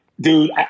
dude